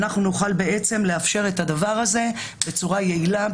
לאפשר את הדבר הזה בצורה יעילה,